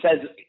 says